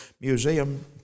museum